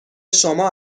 شما